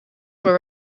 were